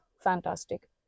fantastic